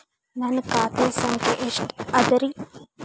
ನನ್ನ ಖಾತೆ ಸಂಖ್ಯೆ ಎಷ್ಟ ಅದರಿ?